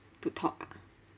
to talk ah